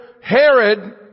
Herod